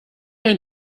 ein